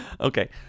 Okay